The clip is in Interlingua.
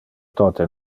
tote